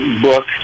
book